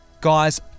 guys